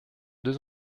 deux